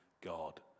God